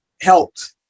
helped